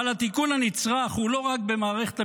אבל התיקון הנצרך הוא לא רק במערכת המשפט,